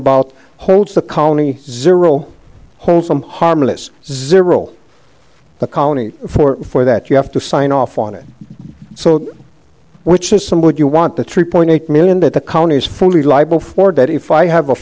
about holds the county zero wholesome harmless zero the colony for that you have to sign off on it so which is some would you want the three point eight million that the county is fully libel for that if i have a